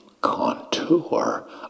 contour